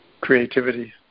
creativity